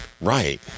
Right